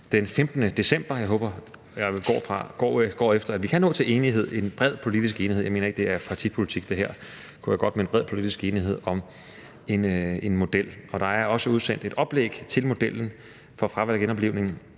den 15. december, og jeg går efter, at vi kan nå til en bred politisk enighed. Jeg mener ikke, at det her handler om partipolitik. Det kunne være godt med en bred politisk enighed om en model. Der er også udsendt et oplæg til en model for fravalg af genoplivning,